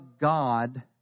God